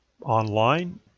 online